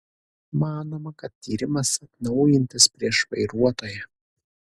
manoma kad tyrimas atnaujintas prieš vairuotoją